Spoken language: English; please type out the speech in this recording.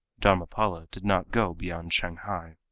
dharmapala did not go beyond shanghai.